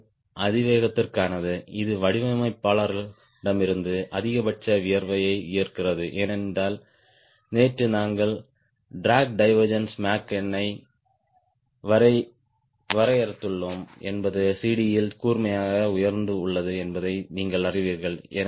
இது அதிவேகத்திற்கானது இது வடிவமைப்பாளரிடமிருந்து அதிகபட்ச வியர்வையை ஈர்க்கிறது ஏனென்றால் நேற்று நாங்கள் ட்ராக் டிவேர்ஜ்ன்ஸ் மேக் நம்பர் வரையறுத்துள்ளோம் என்பது CDயில் கூர்மையான உயர்வு உள்ளது என்பதை நீங்கள் அறிவீர்கள்